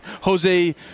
Jose